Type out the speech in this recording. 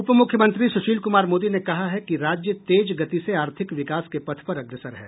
उप मुख्यमंत्री सुशील कुमार मोदी ने कहा है कि राज्य तेज गति से आर्थिक विकास के पथ पर अग्रसर है